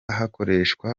hakoreshwa